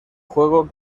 juego